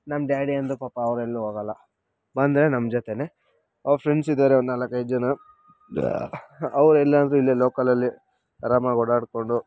ನಮ್ಮ ಡ್ಯಾಡಿ ಅಂದರು ಪಾಪ ಅವರೆಲ್ಲೂ ಹೋಗಲ್ಲ ಬಂದರೆ ನಮ್ಮ ಜೊತೇನೆ ಅವ್ರ ಫ್ರೆಂಡ್ಸ್ ಇದ್ದಾರೆ ಒಂದು ನಾಲ್ಕೈದು ಜನ ಅವರೆಲ್ಲ ಅಂದರೆ ಇಲ್ಲೇ ಲೋಕಲಲ್ಲಿ ಆರಾಮಾಗಿ ಓಡಾಡ್ಕೊಂಡು